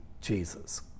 Jesus